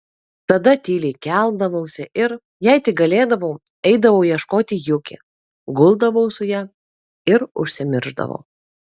tada tyliai keldavausi ir jei tik galėdavau eidavau ieškoti juki guldavau su ja ir užsimiršdavau